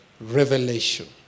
revelation